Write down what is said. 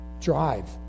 drive